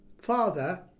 father